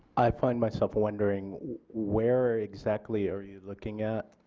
i find myself wondering where exactly are you looking at?